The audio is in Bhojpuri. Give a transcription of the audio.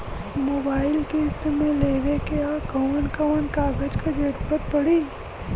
मोबाइल किस्त मे लेवे के ह कवन कवन कागज क जरुरत पड़ी?